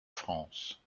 france